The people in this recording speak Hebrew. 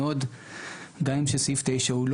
77 אחוזים דחו בגלל נושא סופי השבוע.